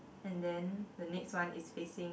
and then the next one is facing